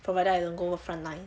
provided I don't go front line